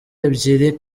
ebyiri